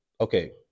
Okay